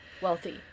wealthy